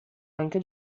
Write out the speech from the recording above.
anche